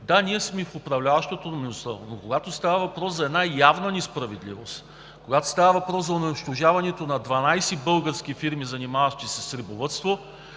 Да, ние сме в управляващото мнозинство, но когато става въпрос за една явна несправедливост, когато става въпрос за унищожаването на 12 български фирми, занимаващи се с рибовъдство,